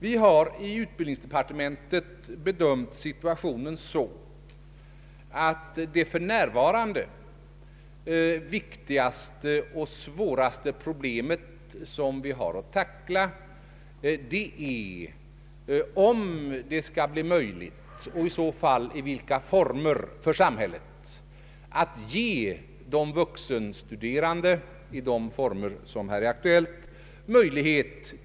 Vi har inom utbildningsdepartementet bedömt situationen så att det viktigaste och svåraste problem som vi för närvarande har att tackla är om det kan bli möjligt — och i så fall i vilka former för samhället — att ge de vuxenstuderande studiesocialt stöd.